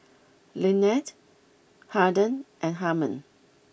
Lynnette Harden and Harmon